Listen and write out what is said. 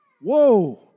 Whoa